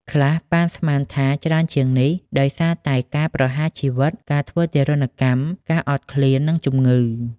ខ្លះប៉ាន់ស្មានថាច្រើនជាងនេះ ដោយសារតែការប្រហារជីវិត ការធ្វើទារុណកម្ម ការអត់ឃ្លាន និងជំងឺ។